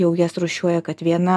jau jas rūšiuoja kad viena